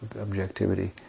objectivity